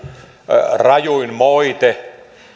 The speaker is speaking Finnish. rajuin moite